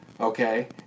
Okay